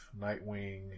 Nightwing